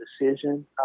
decision